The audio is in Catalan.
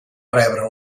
rebre